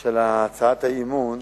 של הצעת האי-אמון,